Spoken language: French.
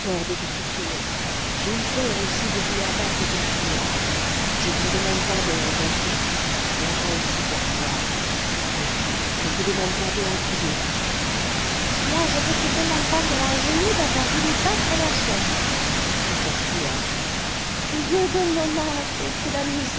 de te soupçonner j'ai eu tort aussi de vouloir battre tortillard je t'en demande pardon entends-tu et à toi aussi tortillard oui je vous demande pardon à tous deux moi je veux qu'il demande pardon à genoux d'avoir voulu battre la chouette dit tortillard